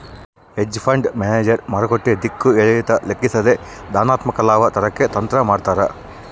hedge fund manager ಮಾರುಕಟ್ಟೆ ದಿಕ್ಕು ಏರಿಳಿತ ಲೆಕ್ಕಿಸದೆ ಧನಾತ್ಮಕ ಲಾಭ ತರಕ್ಕೆ ತಂತ್ರ ಮಾಡ್ತಾರ